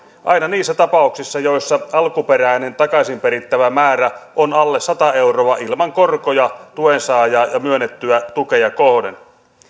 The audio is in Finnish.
aina niissä tapauksissa joissa alkuperäinen takaisin perittävä määrä on alle sata euroa ilman korkoja tuensaajaa ja myönnettyä tukea kohden